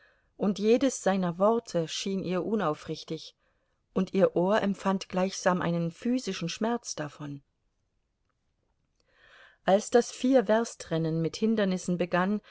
und jedes seiner worte schien ihr unaufrichtig und ihr ohr empfand gleichsam einen physischen schmerz davon als das vier werst rennen mit hindernissen begann